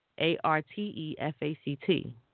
A-R-T-E-F-A-C-T